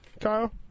Kyle